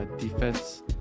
defense